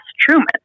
Truman